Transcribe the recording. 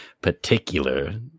particular